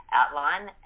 outline